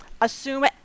assume